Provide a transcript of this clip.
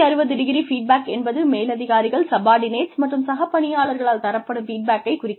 360° feedback என்பது மேலதிகாரிகள் subordinates மற்றும் சக பணியாளர்களால் தரப்படும் ஃபீட்பேக்கை குறிக்கிறது